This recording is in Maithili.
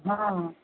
हँ